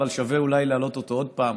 אבל שווה אולי להעלות אותו עוד פעם,